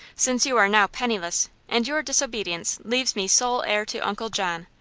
since you are now penniless, and your disobedience leaves me sole heir to uncle john.